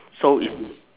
so it's